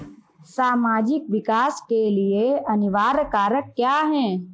सामाजिक विकास के लिए अनिवार्य कारक क्या है?